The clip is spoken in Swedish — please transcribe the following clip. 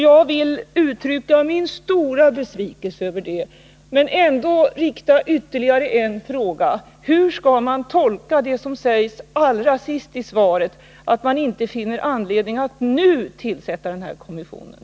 Jag vill uttrycka min stora besvikelse över detta men ändå rikta ytterligare en fråga: Hur skall man tolka det som sägs allra sist i svaret, att Karin Andersson inte finner anledning att nu tillsätta den här kommissionen?